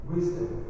Wisdom